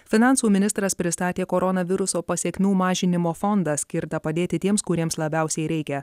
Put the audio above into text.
finansų ministras pristatė koronaviruso pasekmių mažinimo fondą skirtą padėti tiems kuriems labiausiai reikia